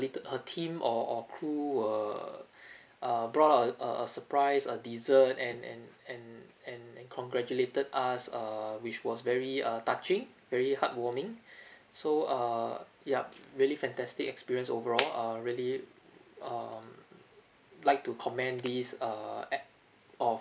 little her team or or crew err uh brought out a a a surprise a dessert and and and and and congratulated us err which was very uh touching very heartwarming so err yup really fantastic experience overall err really um like to commend this err act of